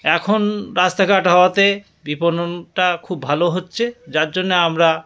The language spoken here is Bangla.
এখন রাস্তাঘাট হওয়াতে বিপণনটা খুব ভালো হচ্ছে যার জন্যে আমরা